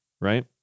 Right